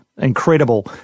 Incredible